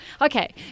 Okay